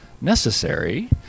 necessary